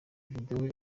video